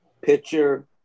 pitcher